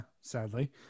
sadly